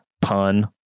pun